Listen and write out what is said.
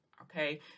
okay